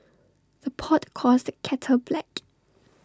the pot calls the kettle black